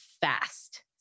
fast